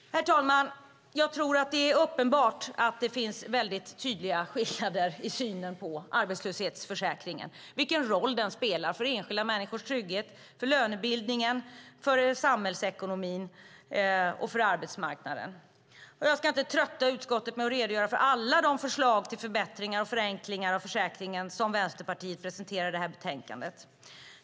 Herr talman! Jag tror att det är uppenbart att det finns väldigt tydliga skillnader i synen på arbetslöshetsförsäkringen och vilken roll den spelar för enskilda människors trygghet, för lönebildningen, för samhällsekonomin och för arbetsmarknaden. Jag ska inte trötta utskottet med att redogöra för alla de förslag till förbättringar och förenklingar av försäkringen som Vänsterpartiet presenterar i det här betänkandet.